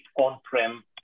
on-prem